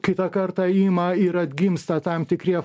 kitą kartą ima ir atgimsta tam tikri